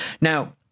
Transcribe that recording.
Now